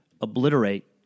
obliterate